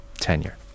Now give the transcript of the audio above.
tenure